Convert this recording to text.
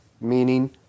meaning